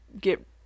get